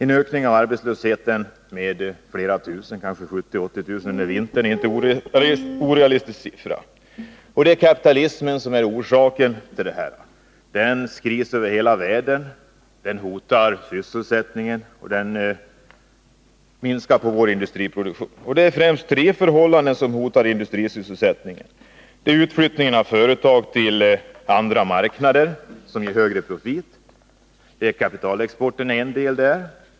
En ökning av arbetslösheten med flera tusen — kanske 70 000 å 80 000 i vinter — är inte någonting orealistiskt. Det är kapitalismen som är orsaken till detta. Kapitalismens kris över hela världen hotar sysselsättningen och minskar vår industriproduktion. Det är främst tre förhållanden som hotar industrisysselsättningen. Det är utflyttningen av företag till andra marknader, som ger högre profit. Kapitalexporten är där en del.